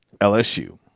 LSU